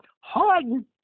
Harden